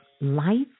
Life